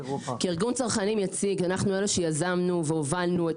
כארגון צרכנים יציג אנחנו אלה שיזמנו והובלנו את